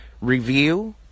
review